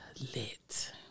lit